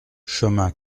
chemin